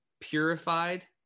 purified